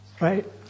right